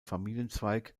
familienzweig